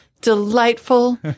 delightful